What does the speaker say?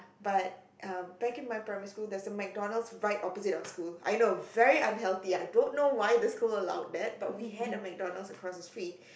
but um back in my primary school there's a McDonald's right opposite of school I know very unhealthy I don't know why the school allowed that but we had a McDonald's across the street